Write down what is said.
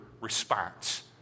response